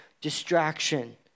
distraction